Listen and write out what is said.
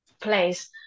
place